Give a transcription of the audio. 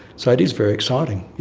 so it is very exciting,